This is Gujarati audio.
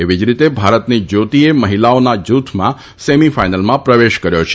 એવી જ રીતે ભારતની જ્યોતિએ મહિલાઓના જુથમાં સેમી ફાઇનલમાં પ્રવેશ કર્યો હતો